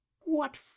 What